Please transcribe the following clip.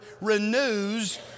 renews